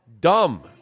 Dumb